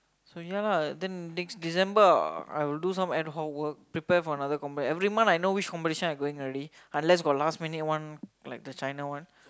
so ya lah then next December I will do some ad hoke work prepare for another competition every month I know which competition I going already unless got last minute one like the China one